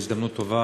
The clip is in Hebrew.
הזדמנות טובה